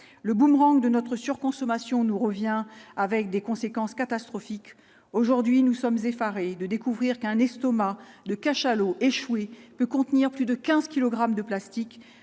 le boomerang de notre surconsommation nous revient avec des conséquences catastrophiques, aujourd'hui nous sommes effarés de découvrir qu'un estomac de cachalot échoué peut contenir plus de 15 kilogrammes